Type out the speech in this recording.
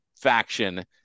faction